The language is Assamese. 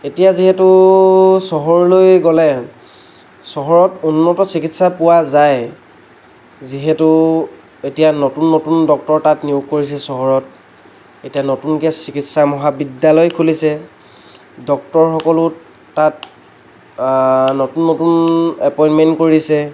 এতিয়া যিহেতু চহৰলৈ গ'লে চহৰত উন্নত চিকিৎসা পোৱা যায় যিহেতু এতিয়া নতুন নতুন তাত ডক্তৰ তাত নিয়োগ কৰিছে চহৰত এতিয়া নতুনকে চিকিৎসা মহাবিদ্যালয়ো খুলিছে ডক্তৰসকলো তাত নতুন নতুন এপইণ্টমেণ্ট কৰিছে